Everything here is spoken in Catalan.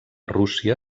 rússia